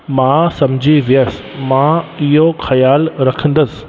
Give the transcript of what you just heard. मां समझी वियुसि मां इहो ख़्यालु रखंदुसि